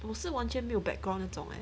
我是完全没有 background 那种 leh